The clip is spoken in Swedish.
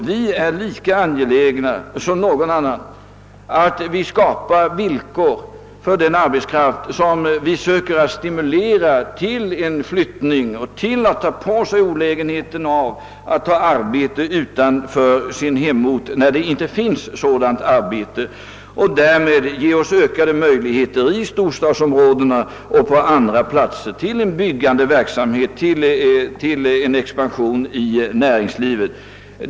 Vi är lika angelägna som någon annan, herr Thunborg, att det skapas hyggliga villkor för den arbetskraft som vi försöker stimulera till flyttning, så att den vill ta på sig olägenheten av att söka arbete utanför hemorten och därmed ge oss ökade möjligheter i storstadsområdena och på andra platser till en byggande verksamhet, till en expansion i näringslivet.